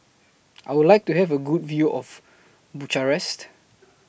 I Would like to Have A Good View of Bucharest